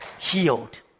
healed